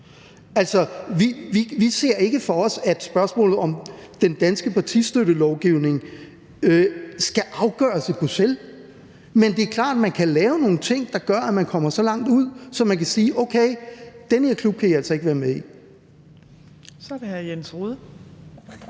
vi ser ikke for os, at spørgsmålet om den danske partistøttelovgivning skal afgøres i Bruxelles, men det er klart, at man kan lave nogle ting, der gør, at man kommer så langt ud, at man kan sige: Okay, den her klub kan I altså ikke være med i.